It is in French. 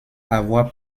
avoir